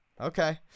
Okay